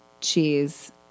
cheese